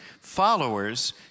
followers